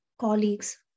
colleagues